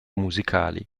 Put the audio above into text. musicali